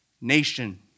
nation